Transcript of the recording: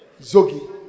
Zogi